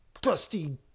dusty